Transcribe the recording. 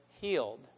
healed